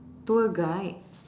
tour guide